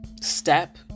step